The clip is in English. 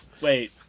wait